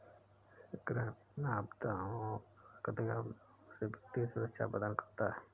गृह बीमा आपदाओं और प्राकृतिक आपदाओं से वित्तीय सुरक्षा प्रदान करता है